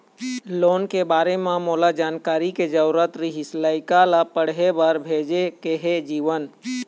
loan के बारे म मोला जानकारी के जरूरत रीहिस, लइका ला पढ़े बार भेजे के हे जीवन